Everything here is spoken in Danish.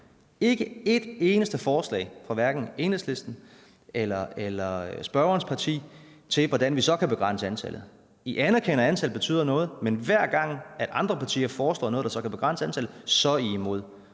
hørt et eneste forslag fra Enhedslisten eller spørgerens parti til, hvordan vi så kan begrænse antallet. I anerkender, at antallet betyder noget, men hver gang andre partier foreslår noget, der kan begrænse antallet, så er I imod.